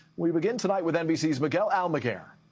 we begin, tonight, with nbc's miguel almaguer.